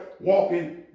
walking